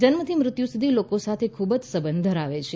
જન્મથી મૃત્યુ સુધી લોકો સાથે ખૂબ જ સબંધ ધરાવે છે